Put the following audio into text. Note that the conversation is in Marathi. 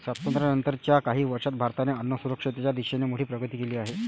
स्वातंत्र्यानंतर च्या काही वर्षांत भारताने अन्नसुरक्षेच्या दिशेने मोठी प्रगती केली आहे